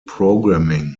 programming